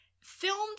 filmed